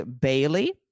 Bailey